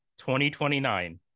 2029